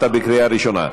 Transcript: אתה בקריאה ראשונה.